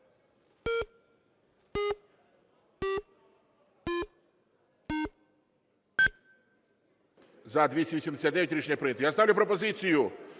За-289 Рішення прийнято. Я ставлю пропозицію